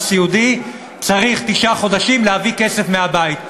סיעודי צריך תשעה חודשים להביא כסף מהבית.